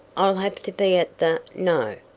i'll have to be at the no,